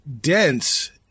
dense